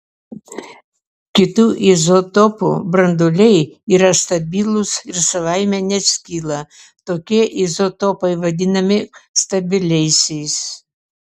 kitų izotopų branduoliai yra stabilūs ir savaime neskyla tokie izotopai vadinami stabiliaisiais